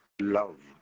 love